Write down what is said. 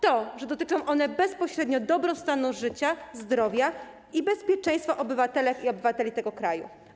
To, że dotyczą one bezpośrednio dobrostanu, życia, zdrowia i bezpieczeństwa obywatelek i obywateli tego kraju.